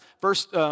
first